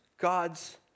God's